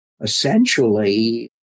Essentially